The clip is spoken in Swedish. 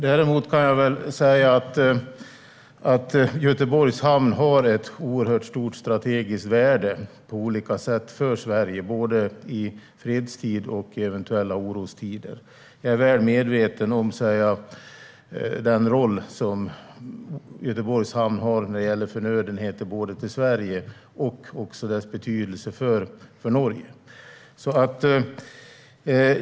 Jag kan dock säga så mycket som att Göteborgs hamn har ett stort strategiskt värde för Sverige på olika sätt, i både fredstid och eventuella orostider. Jag är väl medveten om den roll som Göteborgs hamn har vad gäller förnödenheter till Sverige och även dess betydelse för Norge.